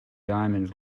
diamonds